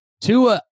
Tua